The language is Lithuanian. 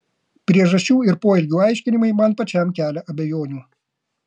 priežasčių ir poelgių aiškinimai man pačiam kelia abejonių